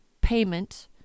payment